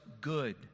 good